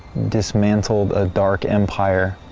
dismantled a dark empire.